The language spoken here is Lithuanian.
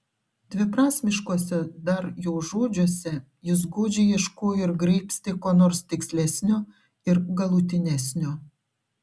dviprasmiškuose dar jo žodžiuose jis godžiai ieškojo ir graibstė ko nors tikslesnio ir galutinesnio